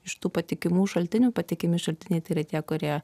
iš tų patikimų šaltinių patikimi šaltiniai tai yra tie kurie